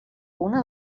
una